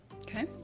Okay